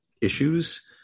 issues